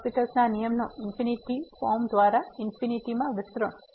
હોસ્પિટલL'Hospital's ના નિયમનો infinity form દ્વારા ઇન્ફીનિટી માં વિસ્તરણ